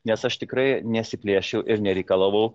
nes aš tikrai nesiplėšiau ir nereikalavau